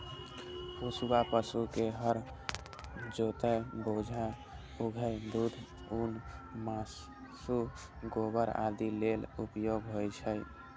पोसुआ पशु के हर जोतय, बोझा उघै, दूध, ऊन, मासु, गोबर आदि लेल उपयोग होइ छै